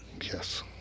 Yes